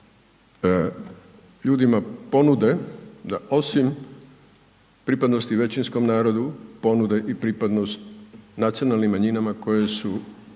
ljudima ponude da osim pripadnosti većinskom narodu ponude i pripadnost nacionalnim manjinama koje su